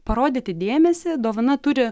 parodyti dėmesį dovana turi